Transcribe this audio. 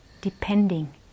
depending